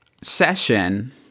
session